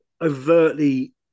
overtly